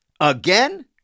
Again